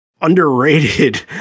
underrated